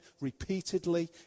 repeatedly